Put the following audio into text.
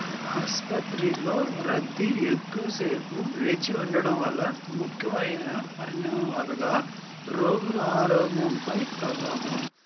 ఆసుపత్రిలో రద్దీ ఎక్కువసేపు వేచి ఉండడం వల్ల ముఖ్యమైన పరిణామాలుగా రోగులు ఆరోగ్యంపై ప్రభావం